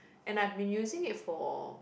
and I've been using it for